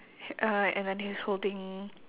he~ uh and then he's holding